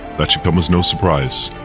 that should come as no surprise.